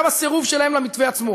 גם הסירוב שלהם למתווה עצמו